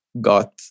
got